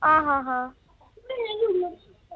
आं हां हां